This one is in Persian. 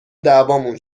دعوامون